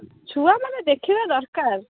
ଛୁଆମାନେ ଦେଖିବା ଦରକାର